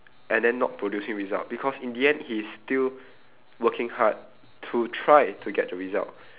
and then not producing result because in the end he is still working hard to try to get the results